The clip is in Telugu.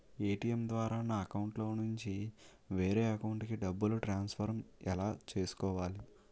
ఏ.టీ.ఎం ద్వారా నా అకౌంట్లోనుంచి వేరే అకౌంట్ కి డబ్బులు ట్రాన్సఫర్ ఎలా చేసుకోవాలి?